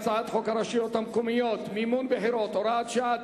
חוק הרשויות המקומיות (מימון בחירות) (הוראת שעה),